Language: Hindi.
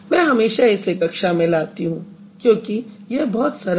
मैं हमेशा इसे कक्षा में लाती हूँ क्योंकि यह बहुत सरल है